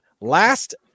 last